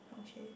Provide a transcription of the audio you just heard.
oh !chey!